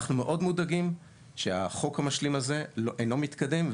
אנחנו מאוד מודאגים שהחוק המשלים הזה אינו מתקדם.